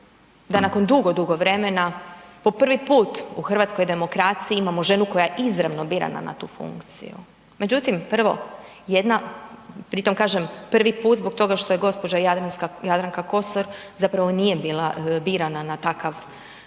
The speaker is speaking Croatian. da nakon dugo, dugo vremena po prvi put u hrvatskoj demokraciji imamo ženu koja je izravno birana na tu funkciju. Međutim, prvo jedna, pri tom kažem prvi put zbog toga što je gospođa Jadranka Kosor zapravo nije bila birana na takav, na